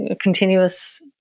continuous